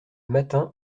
matin